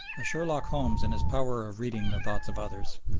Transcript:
a sherlock holmes in his power of reading the thoughts of others,